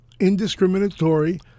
indiscriminatory